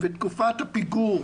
בתקופת הפיגור,